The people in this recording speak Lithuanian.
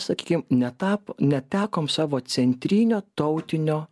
sakykim netap netekom savo centrinio tautinio